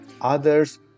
others